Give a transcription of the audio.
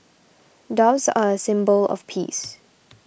doves are a symbol of peace